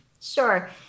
Sure